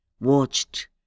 watched